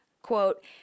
Quote